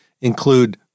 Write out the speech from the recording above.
include